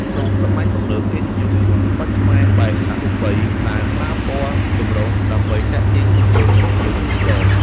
ក្នុងសម័យទំនើប គេនិយមគូរ ក្បាច់ខ្មែរបែបអរូបី ដែលប្រើពណ៌ចម្រុះដើម្បីទាក់ទាញយុវជន និងភ្ញៀវទេសចរ។